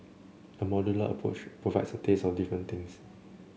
a modular approach provides a taste of different things